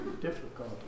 Difficult